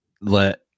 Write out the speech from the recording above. let